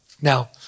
Now